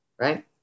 right